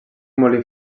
molí